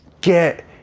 get